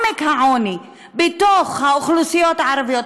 העוני בתוך האוכלוסיות הערביות,